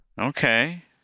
Okay